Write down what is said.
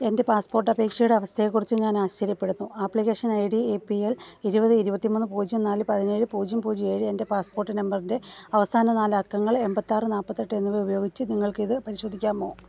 എന്റെ പാസ്പോർട്ട് അപേക്ഷയുടെ അവസ്ഥയെക്കുറിച്ച് ഞാൻ ആശ്ചര്യപ്പെടുന്നു application I D A P L ഇരുപത് ഇരുപത്തിമൂന്ന് പൂജ്യം നാല് പതിനേഴ് പൂജ്യം പൂജ്യം ഏഴ് എന്റെ പാസ്പോർട്ട് നമ്പറിന്റെ അവസാന നാലക്കങ്ങൾ എൺപത്താറ് നാൽപ്പത്തെട്ട് എന്നിവ ഉപയോഗിച്ച് നിങ്ങൾക്കിത് പരിശോധിക്കാമോ